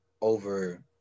over